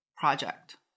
Project